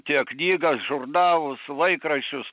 tiek knygas žurnalus laikraščius